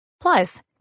Plus